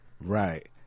Right